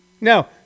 No